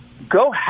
go